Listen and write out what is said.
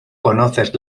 conoces